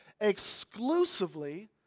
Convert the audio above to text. exclusively